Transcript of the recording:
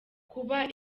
kuba